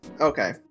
Okay